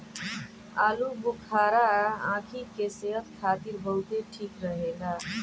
आलूबुखारा आंखी के सेहत खातिर बहुते ठीक रहेला